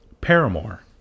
Paramore